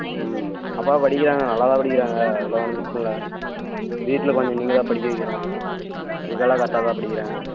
ம் பாப்பா படிக்கிறாங்க நல்லா தான் படிக்கிறாங்க அதெல்லாம் ஒன்றும் பிரச்சின இல்லை வீட்டில் கொஞ்சம் நீங்கள் தான் படிக்க வைக்கணும் இங்கெல்லாம் கரெக்டாக தான் படிக்கிறாங்க